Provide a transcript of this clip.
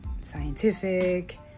scientific